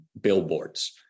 billboards